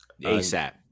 ASAP